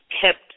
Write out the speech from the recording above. kept